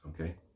Okay